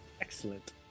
Excellent